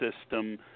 system